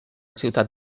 ciutat